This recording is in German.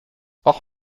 auch